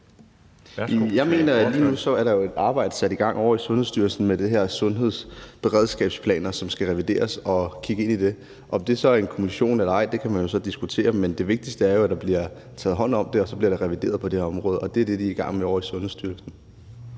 (M): Jeg mener, at lige nu er der jo sat et arbejde i gang ovre i Sundhedsstyrelsen, hvor man kigger ind i de her sundhedsberedskabsplaner, som skal revideres. Om det så skal være en kommission eller ej, kan man diskutere, men det vigtigste er jo, at der bliver taget hånd om det, og at det her område bliver revideret. Det er det, de er i gang med ovre i Sundhedsstyrelsen.